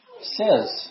says